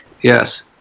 Yes